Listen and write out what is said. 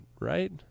right